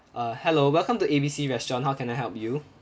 uh hello welcome to A B C restaurant how can I help you